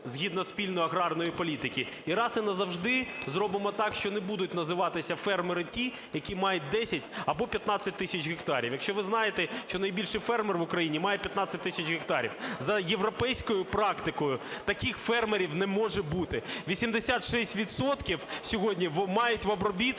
згідно спільної аграрної політики) і раз і назавжди зробимо так, що не будуть називатися фермери ті, які мають 10 або 15 тисяч гектарів. Якщо ви знаєте, що найбільший фермер в Україні має 15 тисяч гектарів, за європейською практикою таких фермерів не може бути. 86 відсотків сьогодні мають в обробітку